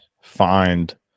find